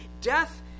death